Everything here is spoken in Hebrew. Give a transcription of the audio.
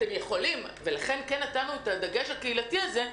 לכן נתנו את הדגש הקהילתי הזה,